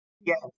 Yes